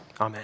Amen